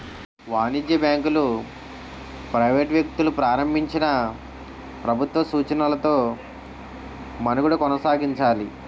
వాణిజ్య బ్యాంకులు ప్రైవేట్ వ్యక్తులు ప్రారంభించినా ప్రభుత్వ సూచనలతో మనుగడ కొనసాగించాలి